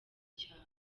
cyawe